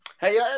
Hey